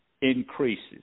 increases